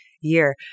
year